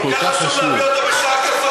כל כך חשוב להביא את זה בשעה כזאת?